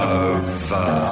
over